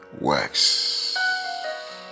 works